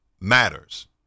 matters